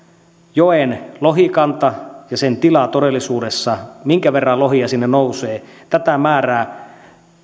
joen lohikanta ja sen tila todellisuudessa minkä verran lohia sinne nousee tätä määrää